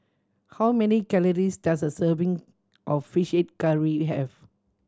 how many calories does a serving of Fish Head Curry have